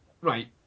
Right